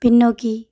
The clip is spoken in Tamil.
பின்னோக்கி